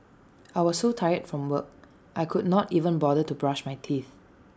I was so tired from work I could not even bother to brush my teeth